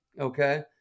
okay